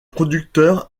producteur